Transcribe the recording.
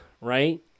right